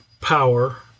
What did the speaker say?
power